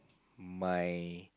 my